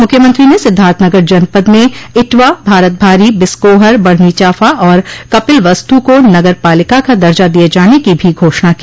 मुख्यमंत्री ने सिद्वार्थनगर जनपद में इटवा भारतभारी बिस्कोहर बढ़नीचाफा और कपिलवस्तु को नगर पालिका का दर्जा दिये जाने की भी घोषणा की